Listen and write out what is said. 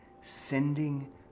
sending